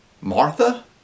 Martha